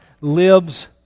lives